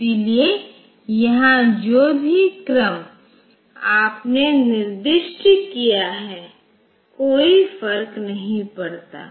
इसलिए यहां जो भी क्रम आपने निर्दिष्ट किया है कोई फर्क नहीं पड़ता